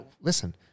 listen